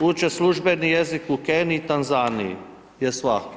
uče službeni jezik u Keniji i Tanzaniji je svaki.